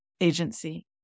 agency